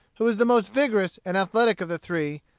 who was the most vigorous and athletic of the three,